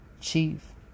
Chief